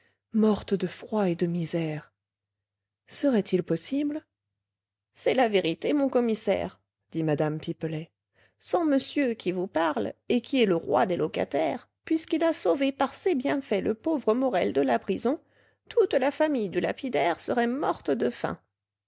morte de froid et de misère serait-il possible c'est la vérité mon commissaire dit mme pipelet sans monsieur qui vous parle et qui est le roi des locataires puisqu'il a sauvé par ses bienfaits le pauvre morel de la prison toute la famille du lapidaire serait morte de faim